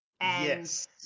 Yes